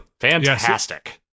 Fantastic